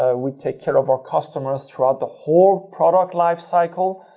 ah we take care of our customers throughout the whole product life cycle.